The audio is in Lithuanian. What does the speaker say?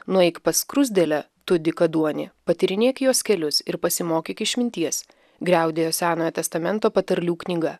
nueik pas skruzdėlę tu dykaduoni patyrinėk juos kelius ir pasimokyk išminties griaudėjo senojo testamento patarlių knyga